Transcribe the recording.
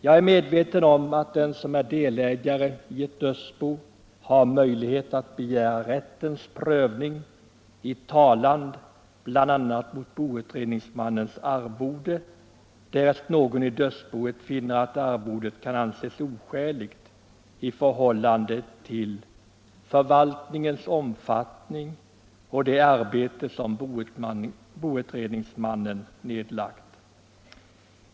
Jag är medveten om att den som är delägare i ett dödsbo har möjlighet att begära rättens prövning i talan bl.a. mot boutredningsmans arvodesräkning, därest någon i dödsboet finner att arvodet kan anses oskäligt i förhållande till förvaltningens omfattning och det arbete som boutredningsmannen nedlagt.